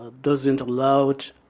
doesn't allow